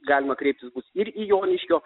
galima kreiptis ir į joniškio